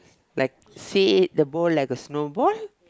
like say the ball like a snowball